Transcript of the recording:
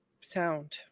sound